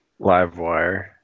Livewire